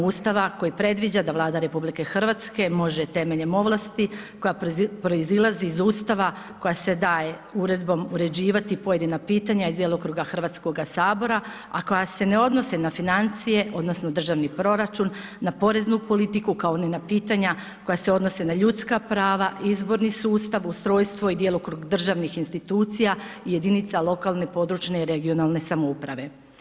Ustava koji predviđa da Vlada RH može temeljem ovlasti koja proizilazi iz Ustava koja se daje uredbom uređivati pojedina pitanja iz djelokruga Hrvatskoga sabora, a koja se ne odnose na financije odnosno državni proračun, na poreznu politiku kao ni na pitanja koja se odnose na ljudska prava, izborni sustav, ustrojstvo i djelokrug državnih institucija jedinica lokalne, područne (regionalne) samouprave.